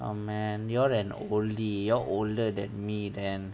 oh man you're an only you're older than me then